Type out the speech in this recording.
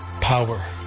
power